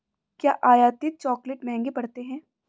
क्या आयातित चॉकलेट महंगे पड़ते हैं?